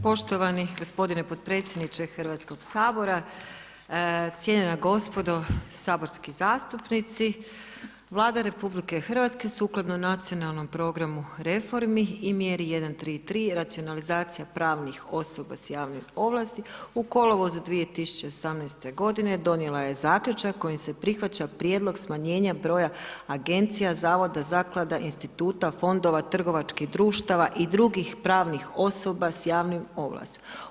Poštovani gospodine potpredsjedniče Hrvatskog sabora, cijenjena gospodo saborski zastupnici, Vlada RH sukladno Nacionalnom programu reformi i Mjeri 133 racionalizacija pravnih osoba s javnim ovlastima u kolovozu 2018. godine donijela je Zaključak kojim se prihvaća prijedlog smanjenja broja Agencija, Zavoda, Zaklada, Instituta, Fondova, trgovačkih društava i drugih pravnih osoba s javnim ovlastima.